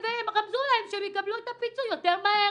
והם רמזו להם שהם יקבלו את הפיצוי יותר מהר